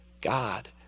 God